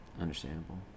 understandable